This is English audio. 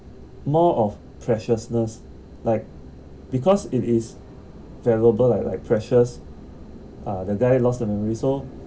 more of precious like because it is valuable like like precious uh the guy lost the memory so